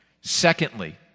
Secondly